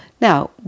Now